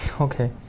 Okay